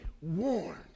warned